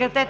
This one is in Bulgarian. Сега